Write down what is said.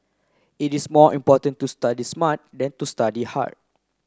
it is more important to study smart than to study hard